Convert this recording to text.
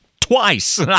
twice